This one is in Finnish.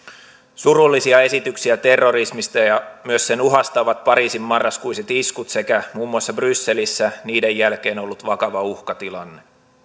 surullisia esityksiä terrorismista ja ja myös sen uhasta ovat pariisin marraskuiset iskut sekä muun muassa brysselissä niiden jälkeen ollut vakava uhkatilanne